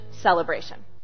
celebration